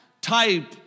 type